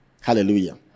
Hallelujah